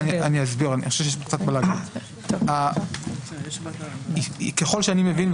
אסביר: ככל שאני מבין,